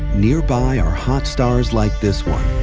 nearby are hot stars like this one,